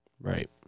Right